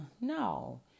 No